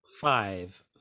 five